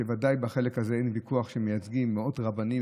שוודאי בחלק הזה אין ויכוח שהם מייצגים מאות רבנים,